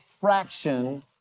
fraction